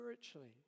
spiritually